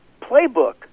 playbook